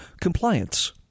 compliance